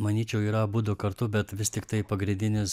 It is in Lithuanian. manyčiau yra abudu kartu bet vis tiktai pagrindinis